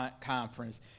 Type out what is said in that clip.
Conference